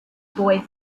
boy